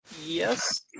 Yes